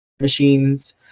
machines